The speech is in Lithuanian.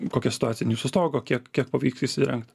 kokia situacija ant jūsų stogo kiek kiek pavyks įsirengt